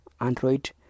Android